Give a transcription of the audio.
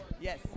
Yes